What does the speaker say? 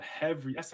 heavy